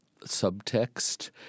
subtext